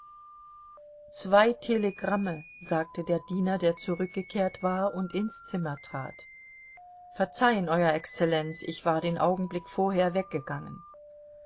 zwei telegramme sagte der diener der zurückgekehrt war und ins zimmer trat verzeihen euer exzellenz ich war den augenblick vorher weggegangen